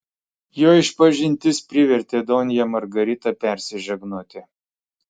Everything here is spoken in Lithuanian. jo išpažintis privertė donją margaritą persižegnoti